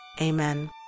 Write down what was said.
Amen